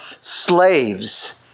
slaves